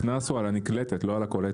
הקנס הוא על הנקלטת לא הקולטת,